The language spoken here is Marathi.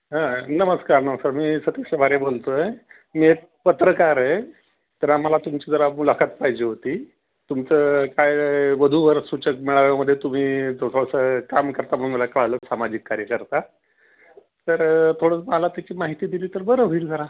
हा नमस्कार नमस्कार मी सतिश भारे बोलतो आहे मी एक पत्रकार आहे तर आम्हाला तुमची जरा मुलाखत पाहिजे होती तुमचं काय वधूवर सूचक मेळाव्यामदे तुम्ही थोडसं काम करता म्हणून मला कळालं सामाजिक कार्य करता तर थोडंसं मला त्याची माहिती दिली तर बरं होईल जरा